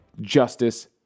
Justice